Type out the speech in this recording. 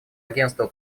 агентству